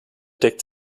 deckt